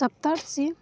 ସପ୍ତର୍ଷି